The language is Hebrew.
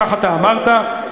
כך אמרת,